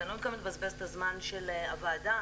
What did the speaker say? לבזבז את הזמן של הוועדה,